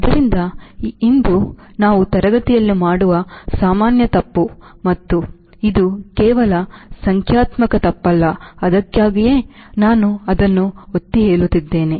ಆದ್ದರಿಂದ ಇದು ನಾವು ತರಗತಿಯಲ್ಲಿ ಮಾಡುವ ಸಾಮಾನ್ಯ ತಪ್ಪು ಮತ್ತು ಇದು ಕೇವಲ ಸಂಖ್ಯಾತ್ಮಕ ತಪ್ಪಲ್ಲ ಅದಕ್ಕಾಗಿಯೇ ನಾನು ಅದನ್ನು ಒತ್ತಿ ಹೇಳುತ್ತಿದ್ದೇನೆ